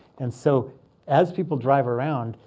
and so as people drive around,